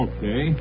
Okay